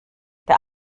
der